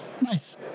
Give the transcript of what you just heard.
Nice